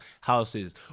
houses